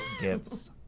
gifts